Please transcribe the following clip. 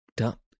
up